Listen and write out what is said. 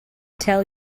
tell